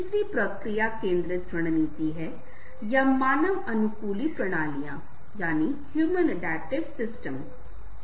तीसरी प्रक्रिया केंद्रित रणनीति है या मानव अनुकूली प्रणालियों की शक्ति को जुटाना है